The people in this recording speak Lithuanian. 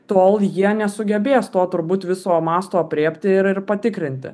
tol jie nesugebės to turbūt viso masto aprėpti ir ir patikrinti